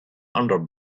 under